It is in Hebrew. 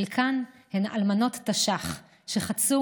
חלקן הן אלמנות תש"ח שחצו